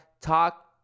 talk